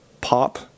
pop